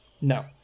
No